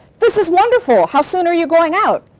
this is wonderful! how soon are you going out?